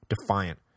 defiant